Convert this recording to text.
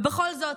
ובכל זאת,